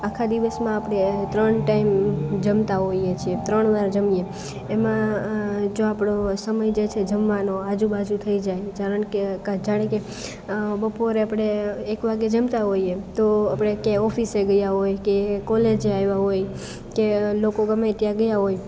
આખા દિવસમાં આપણે ત્રણ ટાઈમ જમતા હોઈએ છીએ ત્રણ વાર જમીએ એમાં જો આપણો સમય જે છે જમવાનો આજુ બાજુ થઈ જાય જાણે કે બપોરે આપણે એક વાગે જમતા હોઈએ તો આપણે ક્યાંક ઓફિસે ગયા હોય કે કોલેજે આવ્યા હોય કે લોકો ગમે ત્યાં ગયા હોય